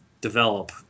develop